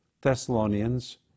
Thessalonians